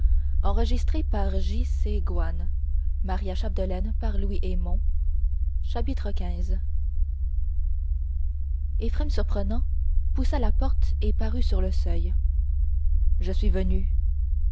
chapitre xv éphrem surprenant poussa la porte et parut sur le seuil je suis venu